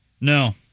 No